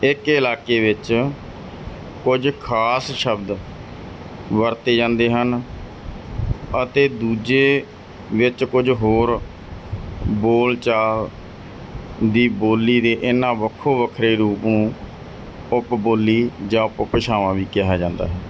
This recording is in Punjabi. ਇੱਕ ਇਲਾਕੇ ਵਿੱਚ ਕੁਝ ਖਾਸ ਸ਼ਬਦ ਵਰਤੇ ਜਾਂਦੇ ਹਨ ਅਤੇ ਦੂਜੇ ਵਿੱਚ ਕੁਝ ਹੋਰ ਬੋਲ ਚਾਲ ਦੀ ਬੋਲੀ ਦੇ ਇਹਨਾਂ ਵੱਖੋ ਵੱਖਰੇ ਰੂਪ ਨੂੰ ਉਪ ਬੋਲੀ ਜਾਂ ਉਪ ਭਾਸ਼ਾਵਾਂ ਵੀ ਕਿਹਾ ਜਾਂਦਾ ਹੈ